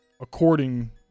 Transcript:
according